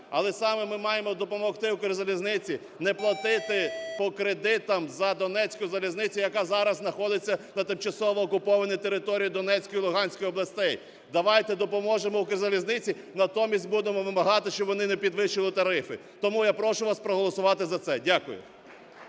Але саме ми маємо допомогти "Укрзалізниці" не платити по кредитам за "Донецьку залізницю", яка зараз знаходиться на тимчасово окупованій території Донецької і Луганської областей. Давайте допоможемо "Укрзалізниці", натомість будемо вимагати, щоби вони не підвищили тарифи. Тому я прошу вас проголосувати за це. Дякую.